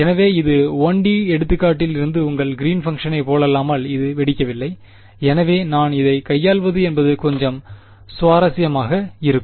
எனவே இது 1 டி எடுத்துக்காட்டில் இருந்து உங்கள் கிரீன்ஸ் பங்க்ஷனை போலல்லாமல் இது வெடிக்கவில்லை எனவே நான் இதைக் கையாள்வது என்பது கொஞ்சம் சுவாரஸ்யமாக இருக்கும்